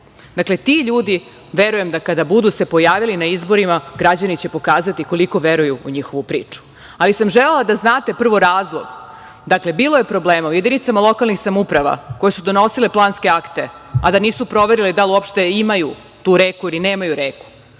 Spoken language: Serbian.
dakle ti ljudi verujem da kada budu se pojavili na izborima građani će pokazati koliko veruju u njihovu priču, ali sam želela da znate prvo razlog. Dakle, bilo je problema u jedinicama lokalnih samouprava koje su donosile planske akte, a da nisu proverili da li uopšte imaju tu reku ili nemaju reku.